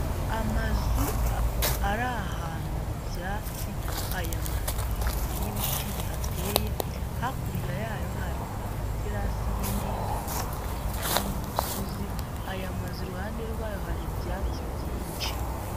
Amazu ari ahantu mu byatsi, aya mazu afite n'ibiti bihateye, hakurya yayo hari amaterasi y'indinganire ari mu misozi, aya mazu iruhande rwayo hari ibyatsi byinshi.